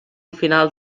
final